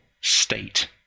state